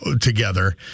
together